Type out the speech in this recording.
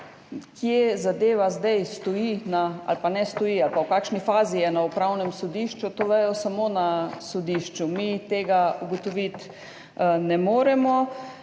Kje zadeva zdaj stoji ali pa ne stoji ali pa v kakšni fazi je na Upravnem sodišču, to vejo samo na sodišču, mi tega ne moremo